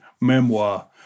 memoir